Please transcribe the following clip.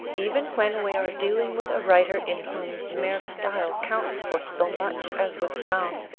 even when we are dealing with a writer in whom mere style counts for so much as with browne,